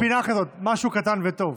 הייתה פעם פינה כזאת, "משהו קטן וטוב".